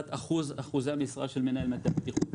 אחוזי המשרה של מנהל בטיחות,